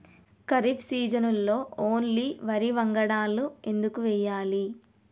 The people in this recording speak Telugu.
ఖరీఫ్ సీజన్లో ఓన్లీ వరి వంగడాలు ఎందుకు వేయాలి?